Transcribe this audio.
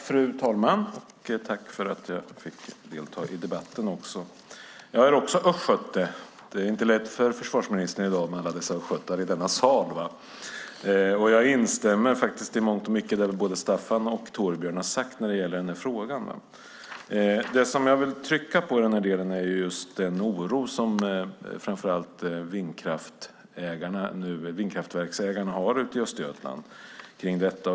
Fru talman! Jag tackar för att jag får delta i debatten. Jag är också östgöte. Det är inte lätt för försvarsministern med alla dessa östgötar i denna sal i dag. Jag instämmer i mångt och mycket i det som både Staffan Danielsson och Torbjörn Björlund har sagt när det gäller denna fråga. Det som jag vill trycka på i denna del är just den oro som framför allt vindkraftverksägarna i Östergötland har kring detta.